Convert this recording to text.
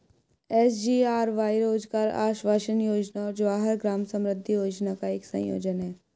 SGRY रोजगार आश्वासन योजना और जवाहर ग्राम समृद्धि योजना का एक संयोजन है